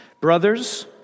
Brothers